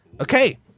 Okay